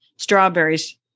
strawberries